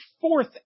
fourth